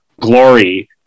glory